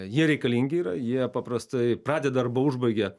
jie reikalingi ir jie paprastai pradeda arba užbaigia